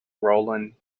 roland